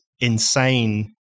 insane